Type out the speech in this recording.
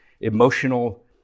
emotional